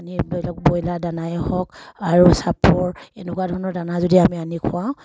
আনি ধৰি লওক ব্ৰইলাৰ দানাই হওক আৰু চাপৰ এনেকুৱা ধৰণৰ দানা যদি আমি আনি খুৱাওঁ